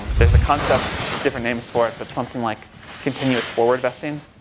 there's a concept, different names for it, but something like continuous forward vesting,